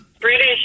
British